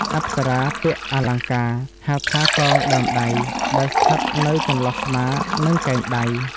អប្សរាពាក់ អលង្ការ ហៅថាកងដើមដៃ ដែលស្ថិតនៅចន្លោះស្មា និងកែងដៃ។